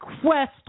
Quest